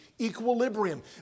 equilibrium